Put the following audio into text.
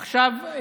עכשיו,